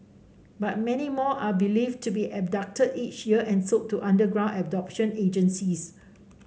but many more are believed to be abducted each year and sold to underground adoption agencies